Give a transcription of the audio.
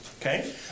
Okay